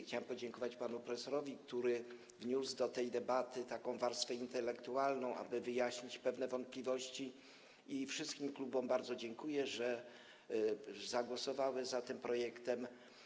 Chciałbym podziękować panu profesorowi, który wniósł do tej debaty taką warstwę intelektualną, aby wyjaśnić pewne wątpliwości, i wszystkim klubom bardzo dziękuję, że zagłosowały za tym projektem.